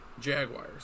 Jaguars